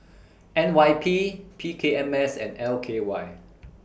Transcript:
N Y P P K M S and L K Y